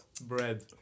Bread